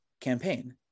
campaign